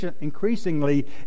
increasingly